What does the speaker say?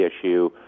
issue